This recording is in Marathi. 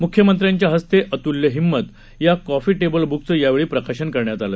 मुख्यमंत्र्यांच्या हस्ते अतुल्य हिंमत या कॉफी टेबल बुकचं यावेळी प्रकाशन करण्यात आलं